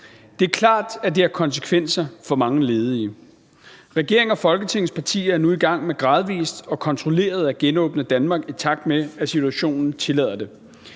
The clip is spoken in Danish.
Det er klart, at det har konsekvenser for mange ledige. Regeringen og Folketingets partier er nu i gang med gradvis og kontrolleret at genåbne Danmark, i takt med at situationen tillader det.